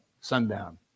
sundown